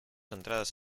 entradas